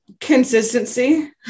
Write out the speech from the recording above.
Consistency